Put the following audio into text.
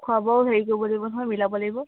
খোৱা বোৱাও হেৰি কৰিব লাগিব নহয় মিলাব লাগিব